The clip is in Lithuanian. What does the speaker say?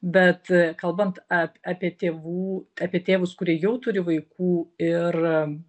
bet kalbant a apie tėvų apie tėvus kurie jau turi vaikų ir